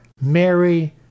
Mary